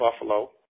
Buffalo